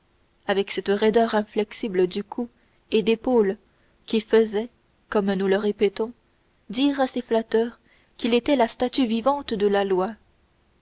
avec cette raideur inflexible de cou et d'épaules qui faisait comme nous le répétons dire à ses flatteurs qu'il était la statue vivante de la loi